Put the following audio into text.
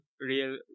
real